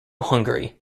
hungary